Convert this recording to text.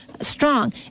Strong